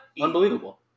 unbelievable